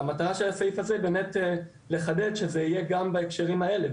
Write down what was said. המטרה של הסעיף הזה באמת לחדד שזה יהיה גם בהקשרים האלה.